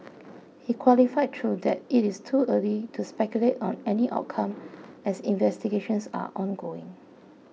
he qualified though that it is too early to speculate on any outcome as investigations are ongoing